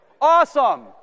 Awesome